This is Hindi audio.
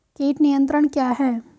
कीट नियंत्रण क्या है?